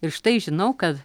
ir štai žinau kad